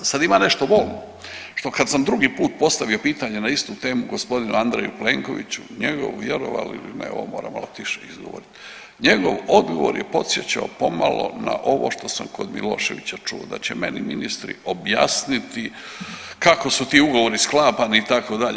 Sad ima nešto bolno, što kad sam drugi put postavio pitanje na istu temu g. Andreju Plenkoviću, njegov, vjerovali ili ne, ovo moram malo tiše izgovoriti, njegov odgovor je podsjećao pomalo na ovo što sam kod Miloševića čuo, da će meni ministri objasniti kako su ti ugovori sklapani, itd.